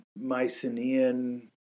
Mycenaean